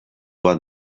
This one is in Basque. bat